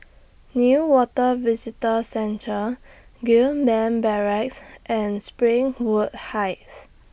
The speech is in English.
Newater Visitor Centre Gillman Barracks and Springwood Heights